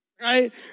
right